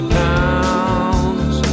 pounds